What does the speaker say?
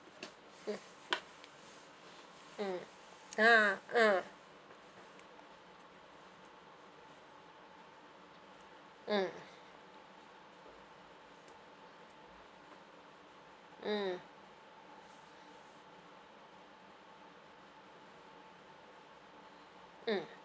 mm ah ah mm mm mm